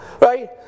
right